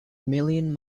million